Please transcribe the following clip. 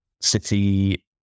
City